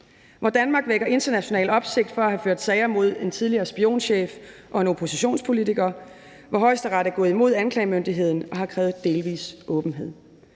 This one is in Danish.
hvor Danmark vækker international opsigt for at have ført sager mod en tidligere spionchef og en oppositionspolitiker, hvor Højesteret er gået imod anklagemyndigheden og har krævet delvis åbenhed.